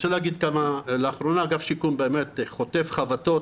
לאחרונה אגף השיקום באמת חוטף חבטות,